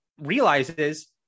realizes